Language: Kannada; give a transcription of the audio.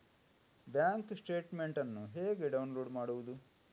ಬ್ಯಾಂಕ್ ಸ್ಟೇಟ್ಮೆಂಟ್ ಅನ್ನು ಹೇಗೆ ಡೌನ್ಲೋಡ್ ಮಾಡುವುದು?